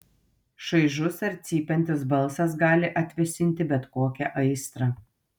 šaižus ar cypiantis balsas gali atvėsinti bet kokią aistrą